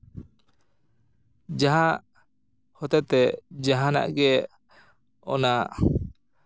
ᱡᱟᱦᱟᱸ ᱦᱚᱛᱮᱛᱮ ᱡᱟᱦᱟᱸ ᱱᱟᱜ ᱜᱮ ᱚᱱᱟ